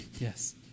Yes